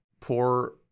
pour